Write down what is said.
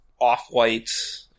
off-white